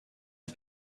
and